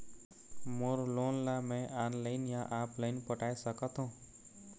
मोर loan ला मैं online या ऑफलाइन पटाए सकथों?